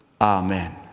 Amen